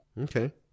Okay